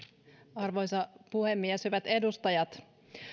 arvoisa puhemies hyvät edustajat